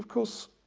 course